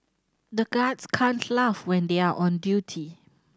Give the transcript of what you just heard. the guards can't laugh when they are on duty